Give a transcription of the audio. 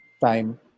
time